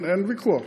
אין ויכוח,